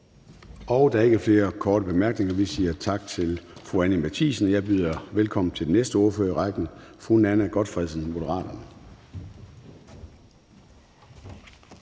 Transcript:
Der er ikke flere korte bemærkninger. Vi siger tak til fru Anni Matthiesen. Jeg byder velkommen til den næste ordfører i rækken, fru Nanna W. Gotfredsen, Moderaterne.